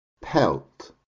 pelt